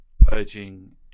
purging